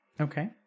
Okay